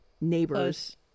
neighbors